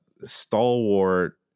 stalwart